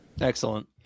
Excellent